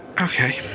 Okay